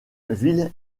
ville